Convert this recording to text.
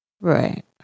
right